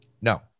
No